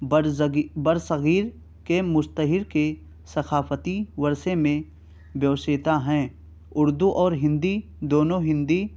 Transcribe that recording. بڑزگی برِ صغیر کے مشتہر کی ثقافتی ورثے میں پیوستہ ہیں اردو اور ہندی دونوں ہندی